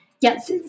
yes